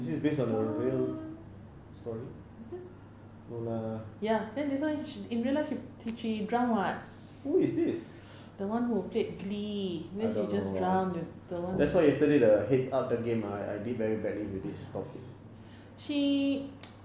is this based on a real story lah no lah who is this I don't know that's why yesterday the heads up game ah I I did very badly with this topic